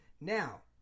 Now